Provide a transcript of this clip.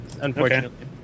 unfortunately